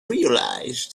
realize